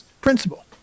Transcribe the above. principle